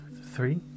three